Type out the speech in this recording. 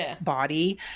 body